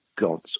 God's